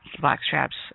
Blackstrap's